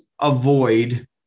avoid